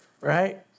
right